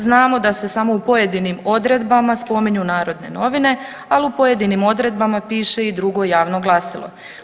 Znamo da se samo u pojedinim odredbama spominju Narodne novine, al u pojedinim odredbama piše i drugo javno glasilo.